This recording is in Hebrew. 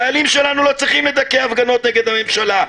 החיילים שלנו לא צריכים לדכא הפגנות נגד הממשלה.